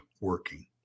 working